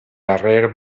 darrer